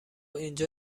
اینجا